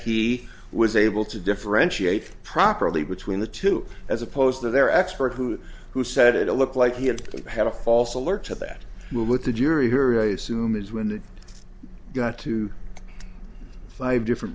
he was able to differentiate properly between the two as opposed to their expert who who said it looked like he had had a false alert to that will let the jury hear a assume is when it got to five different